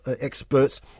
experts